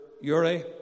Yuri